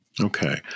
Okay